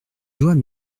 doigts